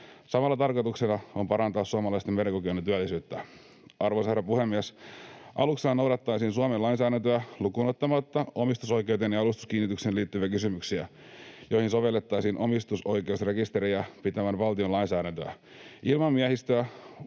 Samalla tarkoituksena on parantaa suomalaisten merenkulkijoiden työllisyyttä. Arvoisa herra puhemies! Aluksella noudatettaisiin Suomen lainsäädäntöä lukuun ottamatta omistusoikeuteen ja aluskiinnityksiin liittyviä kysymyksiä, joihin sovellettaisiin omistusoikeusrekisteriä pitävän valtion lainsäädäntöä. Ilman miehistöä